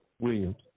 Williams